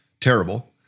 terrible